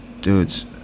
dudes